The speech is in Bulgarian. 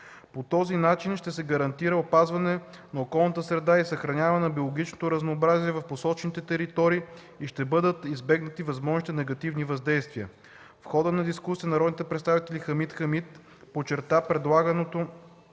По този начин ще се гарантира опазването на околната среда и съхраняването на биологичното разнообразие в посочените територии и ще бъдат избегнати възможни негативни въздействия. В хода на дискусията народният представител Хамид Хамид подчерта, че предлаганото